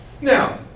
Now